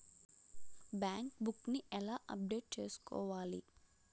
Bank book నీ ఎలా update చేసుకోవాలి?